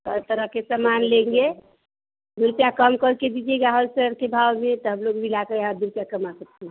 हर तरह का सामान लेंगे दो रुपया कम करके दीजिएगा होलसेर के भाव में तो हम लोग मिलाकर और दो रुपया कमा सकते हैं